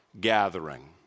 gathering